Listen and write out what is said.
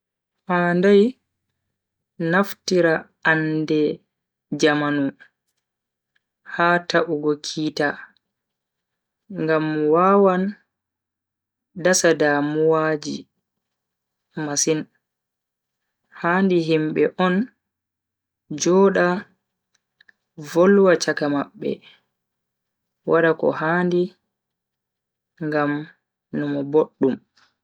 Handai naftira ande jamanu ha ta'ugo kiita ngam wawan dasa damuwaji masin. handi himbe on jooda volwa chaka mabbe wada ko handi ngam numo boddum.